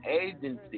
agency